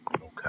Okay